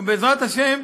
ובעזרת ה',